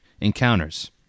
encounters